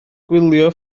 gwylio